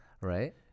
Right